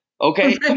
okay